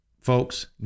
Folks